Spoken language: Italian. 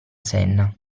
senna